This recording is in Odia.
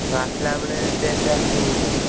ତୁ ଆସିଲାବେଳେ ପ୍ଲେଟ ଟେ ଆଣିଥିବୁ ଭାରି